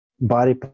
body